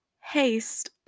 haste